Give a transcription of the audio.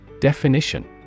Definition